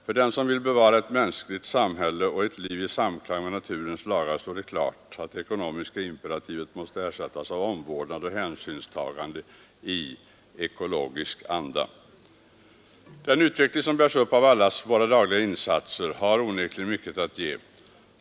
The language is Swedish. För den som vill bevara ett mänskligt samhälle och ett liv i samklang med naturens lagar står det klart att det ekonomiska imperativet måste ersättas av omvårdnad och hänsynstagande i ekologisk anda. Den utveckling som bärs upp av allas våra dagliga insatser har onekligen mycket att ge.